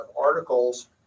articles